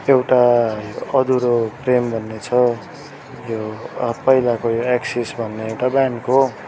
एउटा अधुरो प्रेम भन्ने छ यो पहिलाको यो एक्सिस् भन्ने एउटा ब्यान्डको